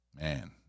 Man